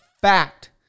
fact